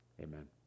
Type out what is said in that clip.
Amen